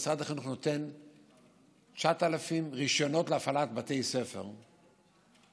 משרד החינוך נותן 9,000 רישיונות להפעלת בתי ספר בארץ.